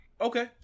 Okay